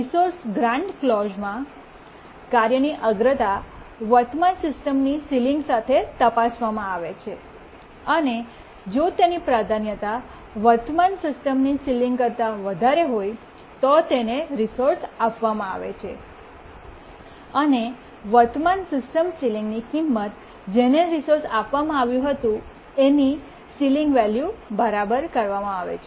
resource grant ક્લૉજ઼માં કાર્યની અગ્રતા વર્તમાન સિસ્ટમની સીલીંગ સાથે તપાસવામાં આવે છે અને જો તેની પ્રાધાન્યતા વર્તમાન સિસ્ટમની સીલીંગ કરતા વધારે હોય તો તેને રિસોર્સને આપવામાં આવે છે અને વર્તમાન સિસ્ટમની સીલીંગની કિંમત જેને રિસોર્સ આપવામાં આવ્યું હતું એની સીલીંગ વેલ્યુ બરાબર કરવામાં આવે છે